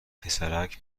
پسرک